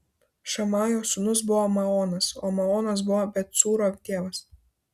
šamajo sūnus buvo maonas o maonas buvo bet cūro tėvas